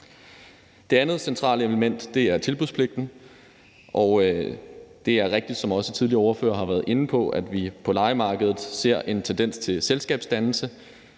Det andet centrale element er tilbudspligten. Det er rigtigt, som også tidligere ordførere har været inde på, at vi på lejemarkedet ser en tendens til selskabsdannelse.